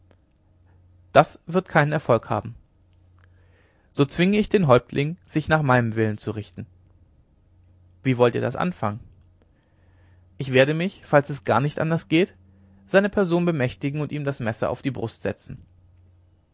das wird keinen erfolg haben so zwinge ich den häuptling sich nach meinem willen zu richten wie wollt ihr das anfangen ich werde mich falls es gar nicht anders geht seiner person bemächtigen und ihm das messer auf die brust setzen